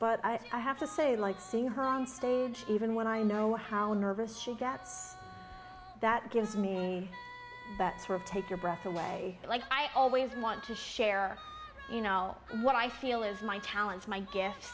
but i have to say like seeing her on stage even when i know how nervous she gets that gives me that sort of take your breath away like i always want to share you know what i feel is my talents my